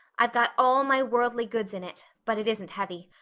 i've got all my worldly goods in it, but it isn't heavy.